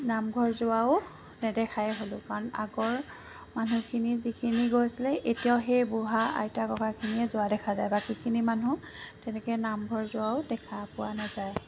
নামঘৰ যোৱাও নেদেখাই হ'লোঁ কাৰণ আগৰ মানুহখিনি যিখিনি গৈছিলে এতিয়াও সেই বুঢ়া আইতা ককাখিনিয়ে যোৱা দেখা যায় বাকীখিনি মানুহ তেনেকৈ নামঘৰ যোৱাও দেখা পোৱা নাযায়